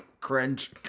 Cringe